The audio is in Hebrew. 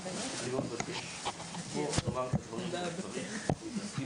אני מאוד מבקש בוא נאמר את הדברים כמו שצריך,